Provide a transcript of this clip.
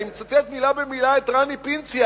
אני מצטט מלה במלה את רני פינצי,